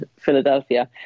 Philadelphia